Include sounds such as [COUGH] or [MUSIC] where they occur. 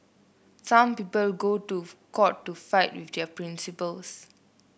some people go to court to fight [UNINTELLIGIBLE] their principles